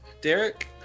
Derek